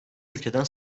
ülkeden